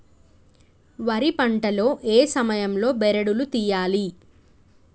వరి పంట లో ఏ సమయం లో బెరడు లు తియ్యాలి?